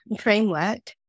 framework